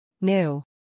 New